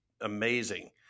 amazing